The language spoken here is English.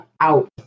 out